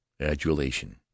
adulation